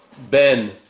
ben